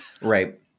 Right